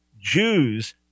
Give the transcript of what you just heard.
Jews